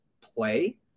play